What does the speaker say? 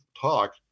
talk